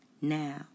Now